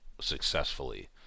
successfully